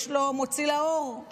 יש לו מוציא לאור,